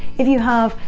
if you have,